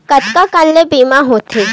कतका कन ले बीमा होथे?